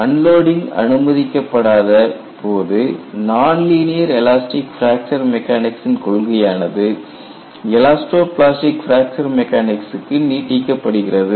unloading அனுமதிக்கப்படாத போது nonlinear elastic fracture மெக்கானிக்சின் கொள்கை ஆனது எலாஸ்டோ பிளாஸ்டிக் பிராக்சர் மெக்கானிக்ஸ்க்கு நீட்டிக்க படுகிறது